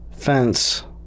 fence